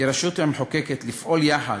כרשות המחוקקת לפעול יחד,